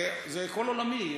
זה כל עולמי,